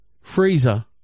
freezer